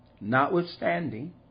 notwithstanding